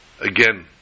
Again